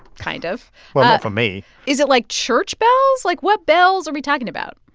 kind of well, not for me is it, like, church bells? like, what bells are we talking about?